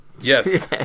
Yes